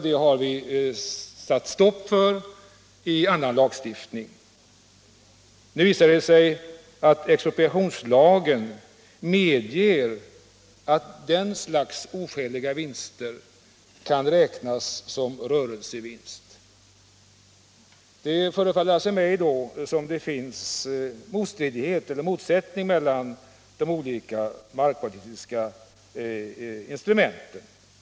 Detta har vi satt stopp för i annan lagstiftning. Nu visar det sig att expropriationslagen medger att det slaget av oskäliga vinster kan räknas som rörelsevinst. Det förefaller mig som om det råder motsättning mellan de olika markpolitiska instrumenten.